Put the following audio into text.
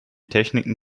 techniken